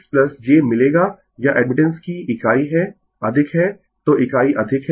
तो 016 j मिलेगा यह एडमिटेंस की इकाई है अधिक है तो इकाई अधिक है